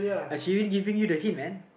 uh she already giving you the hint man